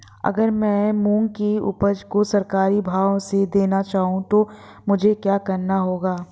अगर मैं मूंग की उपज को सरकारी भाव से देना चाहूँ तो मुझे क्या करना होगा?